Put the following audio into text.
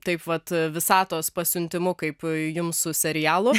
taip vat visatos pasiuntimu kaip jums su serialu